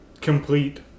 complete